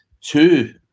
two